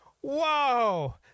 Whoa